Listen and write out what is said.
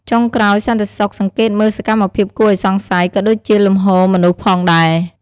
ចុងក្រោយ សន្តិសុខសង្កេតមើលសកម្មភាពគួរឱ្យសង្ស័យ ក៏ដូចជាលំហូរមនុស្សផងដែរ។